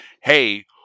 hey